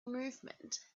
movement